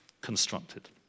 constructed